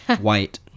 White